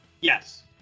Yes